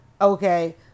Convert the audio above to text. Okay